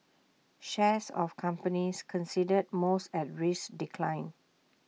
shares of companies considered most at risk declined